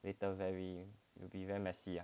later very will be very messy ah